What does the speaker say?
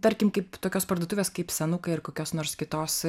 tarkim kaip tokios parduotuvės kaip senukai ar kokios nors kitos